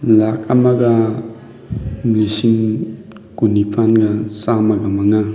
ꯂꯥꯛ ꯑꯃꯒ ꯂꯤꯁꯤꯡ ꯀꯨꯟꯅꯤꯄꯥꯟꯒ ꯆꯥꯝꯃꯒ ꯃꯉꯥ